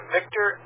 Victor